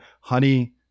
honey